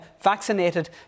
vaccinated